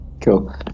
Cool